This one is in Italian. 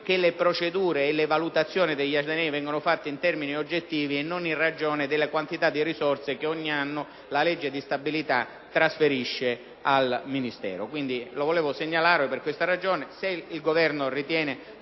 che le procedure e le valutazioni degli atenei vengano fatte in termini oggettivi, e non in ragione delle quantità di risorse che ogni anno la legge di stabilità trasferisce al Ministero. Ripeto: se il Governo ritiene